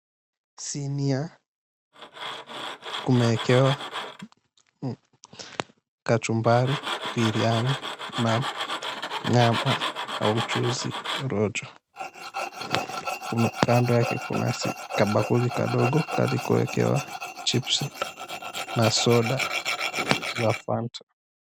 Sinia kumeekewa kachumbari, biriani na nyama au mchuzi wa rojo. Kando yake kuna kadogo kalikoekewa chipsi na soda ya Fanta.